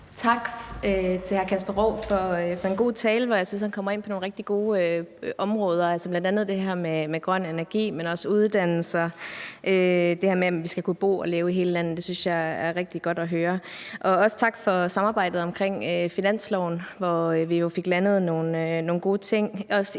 Tak til hr. Kasper Roug for en god tale. Jeg synes, han kommer ind på nogle rigtig gode områder, bl.a. det her med grøn energi, men også uddannelser og det her med, at vi skal kunne bo og leve i hele landet. Det synes jeg er rigtig godt at høre. Også tak for samarbejdet om finansloven, hvor vi jo fik landet nogle gode ting,